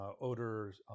odors